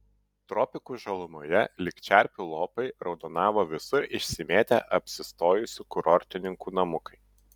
tropikų žalumoje lyg čerpių lopai raudonavo visur išsimėtę apsistojusių kurortininkų namukai